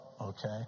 Okay